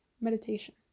meditation